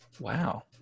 Wow